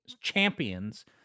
champions